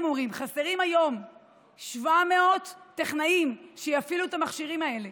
הם אומרים שחסרים היום 700 טכנאים שיפעילו את המכשירים האלה.